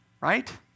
right